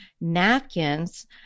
Napkins